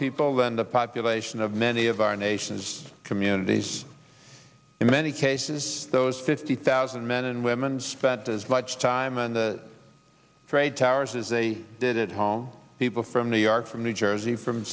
people than the population of many of our nation's communities in many cases those fifty thousand men and women spent as much time in the trade towers as they did at home people from new york from new jersey from